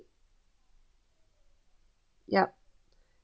yup